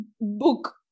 book